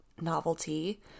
novelty